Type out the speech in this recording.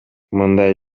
мындай